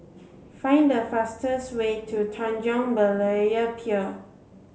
find the fastest way to Tanjong Berlayer Pier